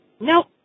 Nope